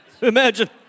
Imagine